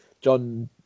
John